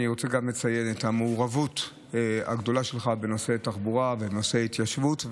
אני רוצה גם לציין את המעורבות הגדולה שלך בנושא תחבורה ונושא התיישבות.